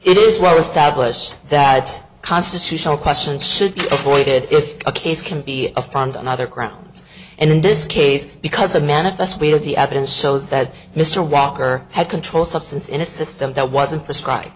it is well established that constitutional questions should be avoided if a case can be a front on other grounds and in this case because a manifest weight of the evidence shows that mr walker had control substance in a system that wasn't prescrib